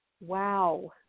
Wow